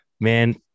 man